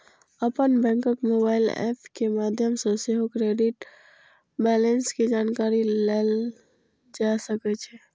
अपन बैंकक mobile app के माध्यम सं सेहो क्रेडिट बैंलेंस के जानकारी लेल जा सकै छै